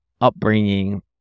upbringing